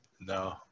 No